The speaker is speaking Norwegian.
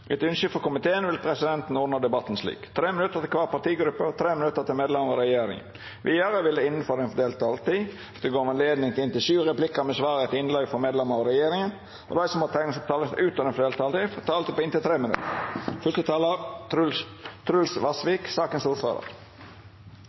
Etter ynske frå justiskomiteen vil presidenten ordna debatten slik: 5 minutt til kvar partigruppe og 5 minutt til medlemer av regjeringa. Vidare vil det – innanfor den fordelte taletida – verta gjeve anledning til inntil fem replikkar med svar etter innlegg frå medlemer av regjeringa, og dei som måtte teikna seg på talarlista utover den fordelte taletida, får ei taletid på inntil 3 minutt.